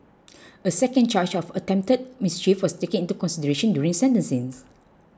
a second charge of attempted mischief was taken into consideration during sentencings